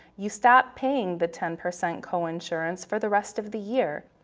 you stop paying the ten percent coinsurance for the rest of the year.